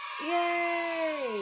Yay